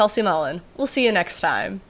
calcium all and we'll see you next time